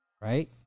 Right